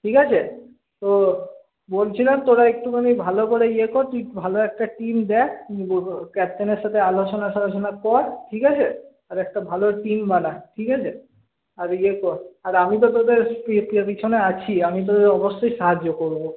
ঠিক আছে তো বলছিলাম তোরা একটুখানি ভালো করে ইয়ে কর তুই ভালো একটা টিম দেখ ক্যাপ্টেনের সাথে আলোচনা টালোচনা কর ঠিক আছে কর আর একটা ভালো টিম বানা ঠিক আছে আর ইয়ে কর আর আমি তো তোদের পিছনে আছিই আমি তো অবশ্যই সাহায্য করবো